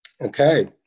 Okay